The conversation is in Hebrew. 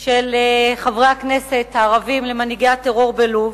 של חברי הכנסת הערבים למנהיגי הטרור בלוב,